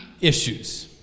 issues